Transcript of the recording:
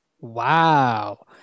Wow